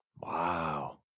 Wow